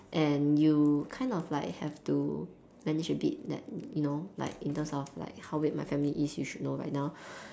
and you kind of like have to manage a bit like you know like in terms of like how weird my family is you should know by now